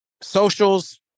socials